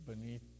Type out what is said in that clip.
beneath